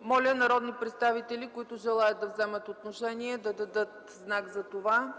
Моля народните представители, които желаят да вземат отношение, да дадат знак за това.